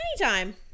Anytime